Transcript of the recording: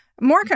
More